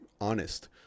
honest